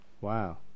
Wow